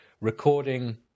recording